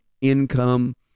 income